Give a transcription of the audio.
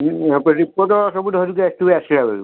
ହୁଁ ଏବେ ରିପୋର୍ଟ ସବୁ ଧରିକି ଆସିଥିବେ ଆସିବା ବେଳକୁ